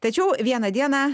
tačiau vieną dieną